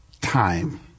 time